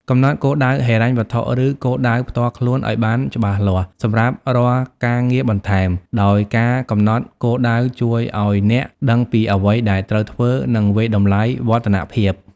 កំណត់គោលដៅហិរញ្ញវត្ថុ ឬគោលដៅផ្ទាល់ខ្លួនឱ្យបានច្បាស់លាស់សម្រាប់រាល់ការងារបន្ថែម ដោយការកំណត់គោលដៅជួយឱ្យអ្នកដឹងពីអ្វីដែលត្រូវធ្វើ និងវាយតម្លៃវឌ្ឍនភាព។។